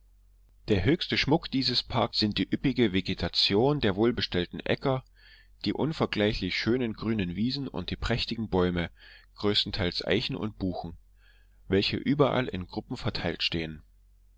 der höchste schmuck dieses parks sind die üppige vegetation der wohlbestellten äcker die unvergleichlich schönen grünen wiesen und die prächtigen bäume größtenteils eichen und buchen welche überall in gruppen verteilt stehen